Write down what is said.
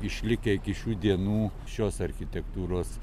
išlikę iki šių dienų šios architektūros